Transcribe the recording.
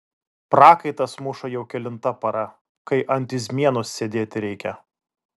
prakaitas muša jau kelinta para kai ant izmienos sėdėti reikia